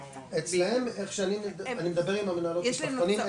אצלם אני מדבר עם המנהלות של המשפחתונים,